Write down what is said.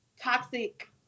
toxic